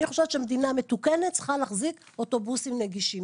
אני חושבת שמדינה מתוקנת צריכה להחזיק אוטובוסים נגישים,